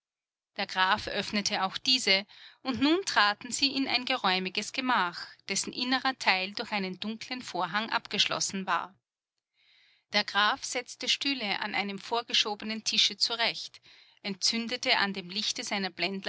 der graf öffnete auch diese und nun traten sie in ein geräumiges gemach dessen innerer teil durch einen dunklen vorhang abgeschlossen war der graf setzte stühle an einem vorgeschobenen tische zurecht entzündete an dem lichte seiner